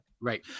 Right